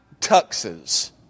tuxes